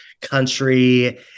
country